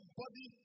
body